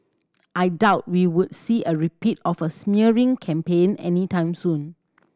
I doubt we would see a repeat of a smearing campaign any time soon